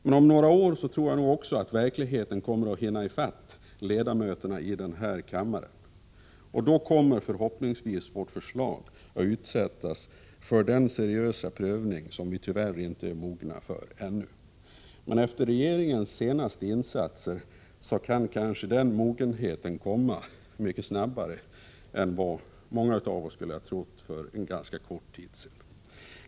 Men om några år tror jag att verkligheten kommer att hinna i fatt ledamöterna av denna kammare, och då kommer förhoppningsvis vårt förslag att utsättas för den seriösa prövning som vi tyvärr inte är mogna för ännu. Men efter regeringens senaste insatser kan kanske den mognaden komma mycket snabbare än vad många av oss skulle ha trott för en ganska kort tid sedan.